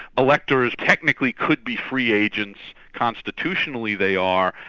electors technically could be free agents, constitutionally they are,